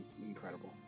incredible